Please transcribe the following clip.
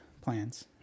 plans